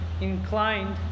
inclined